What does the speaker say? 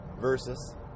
versus